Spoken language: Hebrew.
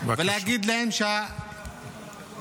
ולהגיד להם --- בבקשה.